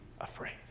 afraid